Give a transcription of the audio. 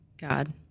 God